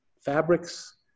fabrics